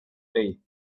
faith